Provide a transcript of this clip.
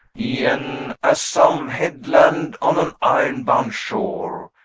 e'en as some headland on an iron-bound shore,